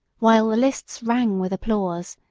while the lists rang with applause,